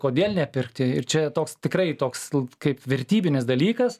kodėl nepirkti ir čia toks tikrai toks kaip vertybinis dalykas